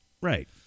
Right